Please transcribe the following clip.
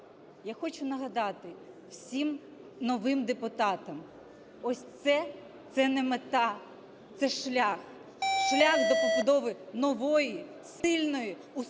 Я хочу нагадати всім новим депутатам, ось це – це не мета, це шлях, шлях до побудови нової, сильної, успішної,